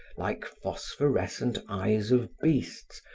like phosphorescent eyes of beasts,